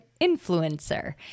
influencer